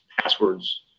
passwords